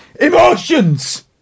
emotions